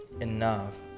enough